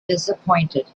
disappointed